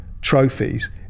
trophies